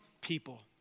people